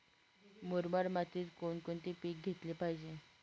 मुरमाड मातीत कोणकोणते पीक घेतले पाहिजे?